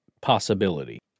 possibility